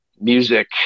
music